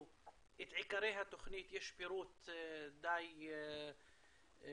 את עיקרי התוכנית יש פירוט די ארוך,